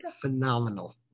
Phenomenal